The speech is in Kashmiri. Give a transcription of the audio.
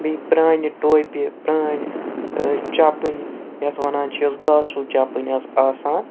بیٚیہِ پرٛانہِ ٹوپہِ پرٛانہِ چَپٕنۍ یَتھ وَنان چھِ یۄس گاسوٗ چَپٕنۍ ٲسۍ آسان